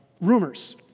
rumors